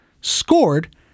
scored